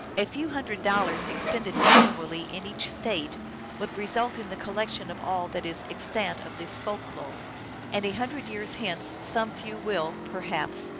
a few hundred dol lars expended annually in each state would result in the collec tion of all that is extant of this folk-lore and a hundred years hence some few will, perhaps,